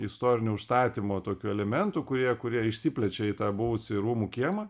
istorinio užstatymo tokių elementų kurie kurie išsiplečia į tą buvusį rūmų kiemą